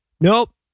Nope